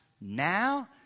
now